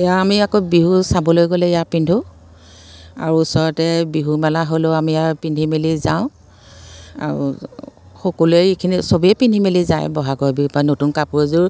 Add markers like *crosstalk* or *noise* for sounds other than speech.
এয়া আমি আকৌ বিহু চাবলৈ গ'লে এয়া পিন্ধোঁ আৰু ওচৰতে বিহু মেলা হ'লেও আমি আৰু পিন্ধি মেলি যাওঁ আৰু সকলোৱে এইখিনি চবেই পিন্ধি মেলি যায় বহাগৰ বিহু *unintelligible* নতুন কাপোৰ এযোৰ